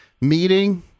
meeting